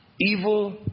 evil